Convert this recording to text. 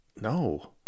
No